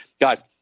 Guys